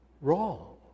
wrong